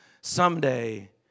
Someday